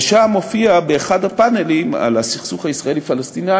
ושם הופיע באחד הפאנלים על הסכסוך הישראלי פלסטיני